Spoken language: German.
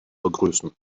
begrüßen